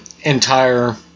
entire